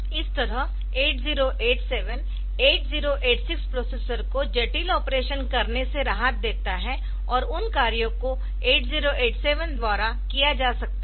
इस तरह 8087 8086 प्रोसेसर को जटिल ऑपरेशन करने से राहत देता है और उन कार्यों को 8087 द्वारा किया जा सकता है